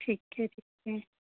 ठीक है ठीक है